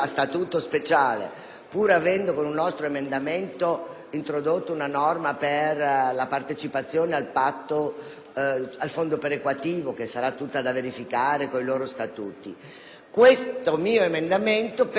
pur avendo con un nostro emendamento introdotto una norma per la partecipazione al fondo perequativo che sarà tutta da verificare secondo i loro Statuti, questo mio emendamento permetterebbe